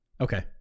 Okay